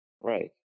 Right